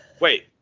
wait